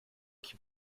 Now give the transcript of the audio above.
qui